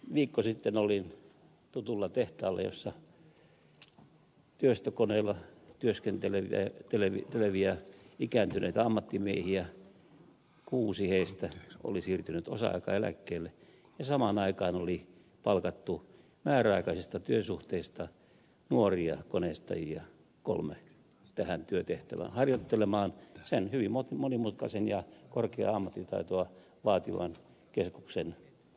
viikko sitten olin tutulla tehtaalla jossa työstökoneella työskentelevistä ikääntyneistä ammattimiehistä kuusi oli siirtynyt osa aikaeläkkeelle ja samaan aikaan oli palkattu määräaikaisista työsuhteista nuoria koneistajia kolme tähän työtehtävään harjoittelemaan sen hyvin monimutkaisen ja korkeaa ammattitaitoa vaativan keskuksen käyttöä